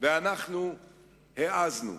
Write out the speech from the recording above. ואנחנו העזנו.